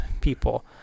people